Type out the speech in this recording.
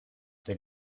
der